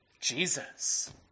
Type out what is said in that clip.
Jesus